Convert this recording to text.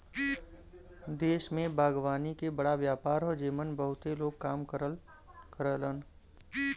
देश में बागवानी के बड़ा व्यापार हौ जेमन बहुते लोग काम करलन